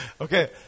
Okay